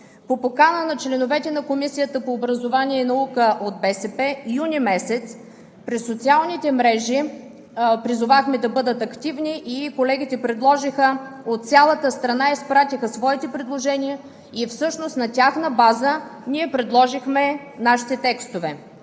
По покана на членовете на Комисията по образование и наука от БСП – месец юни, през социалните мрежи призовахме да бъдат активни и колегите предложиха – от цялата страна изпратиха своите предложения. Всъщност на тяхна база ние предложихме нашите текстове.